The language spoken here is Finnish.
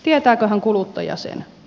tietääköhän kuluttaja sen